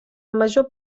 major